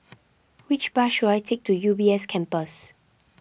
which bus should I take to U B S Campus